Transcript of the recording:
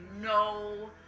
No